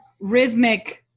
rhythmic